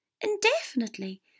Indefinitely